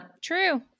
True